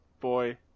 boy